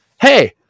Hey